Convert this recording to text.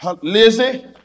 Lizzie